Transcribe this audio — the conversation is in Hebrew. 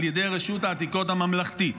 על ידי רשות העתיקות הממלכתית.